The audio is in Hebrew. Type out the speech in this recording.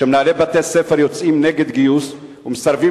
כשמנהלי בתי-ספר יוצאים נגד גיוס ומסרבים